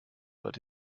but